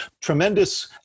tremendous